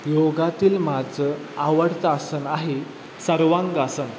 योगातील माझं आवडतं आसन आहे सर्वांगासन